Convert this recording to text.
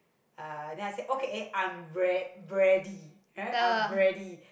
uh then I say okay eh I'm re~ bready right I'm bready